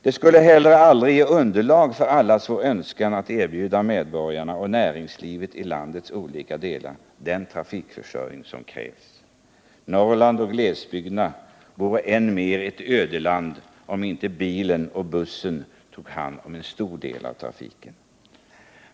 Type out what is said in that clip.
Det skulle heller aldrig ge underlag för allas vår önskan att erbjuda medborgarna och näringslivet i landets olika delar den trafikförsörjning som krävs. Norrland och glesbygderna vore än mera ett ödeland, om inte bilen och bussen tog hand om en stor del av trafiken.